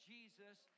Jesus